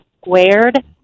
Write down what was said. squared